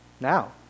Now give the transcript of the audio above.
now